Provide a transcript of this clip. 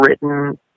written